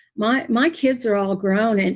my my kids are all grown. and